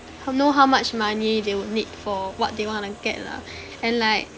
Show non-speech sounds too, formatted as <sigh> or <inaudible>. know how much money they would need for what they want to get lah <breath> and like